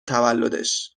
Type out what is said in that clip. تولدش